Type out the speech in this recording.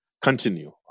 continue